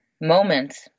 moments